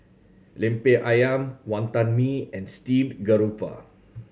Lemper Ayam Wantan Mee and steamed garoupa